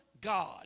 God